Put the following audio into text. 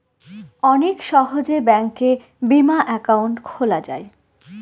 অনেক সহজে ব্যাঙ্কে বিমা একাউন্ট খোলা যায়